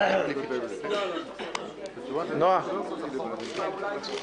דגש אחד,